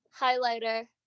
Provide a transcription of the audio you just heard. highlighter